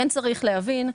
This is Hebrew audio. צריך להבין,